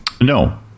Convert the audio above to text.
No